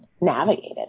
navigated